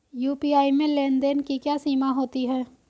UPI में लेन देन की क्या सीमा होती है?